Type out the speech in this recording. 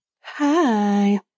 Hi